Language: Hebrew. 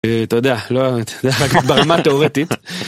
אתה יודע, לא באמת, ברמה תאורטית.